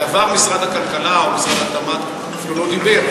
בעבר משרד הכלכלה, או משרד התמ"ת, אפילו לא דיבר.